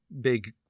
big